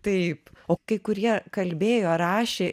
taip o kai kurie kalbėjo rašė